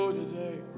today